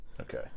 Okay